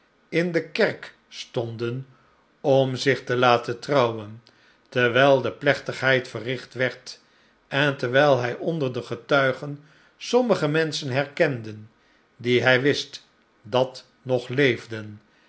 in de kerk stonden om zich te laten trouwen terwijl de plechtigheid verricht word en terwijl hij onder de getuigen sommige menschen herkende die hij wist dat nog leefden